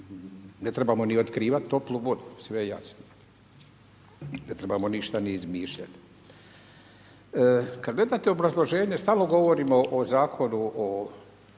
ne trebamo ni otkrivati toplu vodu, sve je jasno. Ne trebamo ništa ni izmišljati. Kad gledate obrazloženje, stalno govorimo o Zakonu o